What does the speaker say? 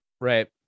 Right